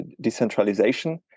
decentralization